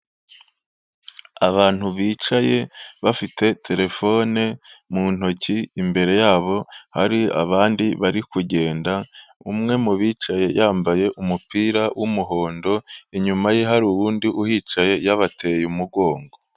Abantu bicaye bafite terefone mu ntoki, imbere yabo hari abandi bari kugenda, umwe mu bicaye yambaye umupira w'umuhondo, inyuma ye hari uwundi uhicaye yabateye umugongo.